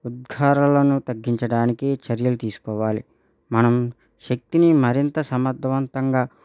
ఉద్ఘారాలను తగ్గించడానికి చర్యలు తీసుకోవాలి మనం శక్తిని మరింత సమర్థవంతంగా